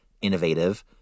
innovative